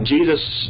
Jesus